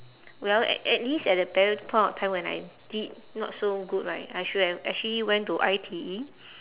well a~ at least at that very point of time when I did not so good right I should have actually went to I_T_E